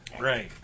Right